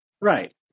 Right